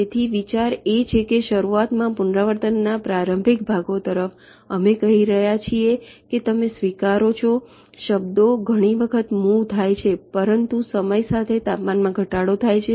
તેથી વિચાર એ છે કે શરૂઆતમાં પુનરાવર્તનના પ્રારંભિક ભાગો તરફ તમે કહી રહ્યા છો કે તમે સ્વીકારો છો શબ્દો ઘણી વખત મુવ થાય છે પરંતુ સમયની સાથે તાપમાનમાં ઘટાડો થાય છે